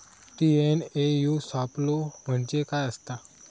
TNAU सापलो म्हणजे काय असतां?